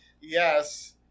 Yes